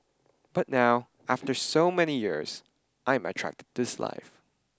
but now after so many years I'm attracted to this life